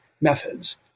methods